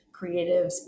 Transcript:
creatives